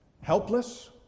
helpless